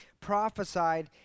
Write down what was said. prophesied